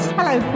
Hello